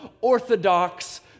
orthodox